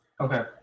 Okay